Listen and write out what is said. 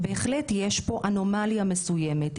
יש פה אנומליה מסוימת,